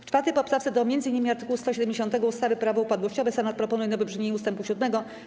W 4. poprawce do m.in. art. 170 ustawy - Prawo upadłościowe Senat proponuje nowe brzmienie ust. 7.